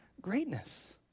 greatness